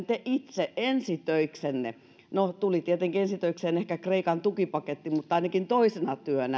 te itse ensi töiksenne nostitte bensaveroa kuinka ollakaan no tuli tietenkin ensi töiksi ehkä kreikan tukipaketti mutta ainakin toisena työnä